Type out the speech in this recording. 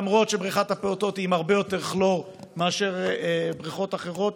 למרות שבריכת הפעוטות היא עם הרבה יותר כלור מאשר בריכות אחרות,